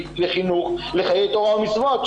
איפה המדינה נותנת מענה לחינוך לחיי תורה ומצוות,